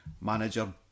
manager